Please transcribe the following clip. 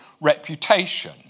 reputation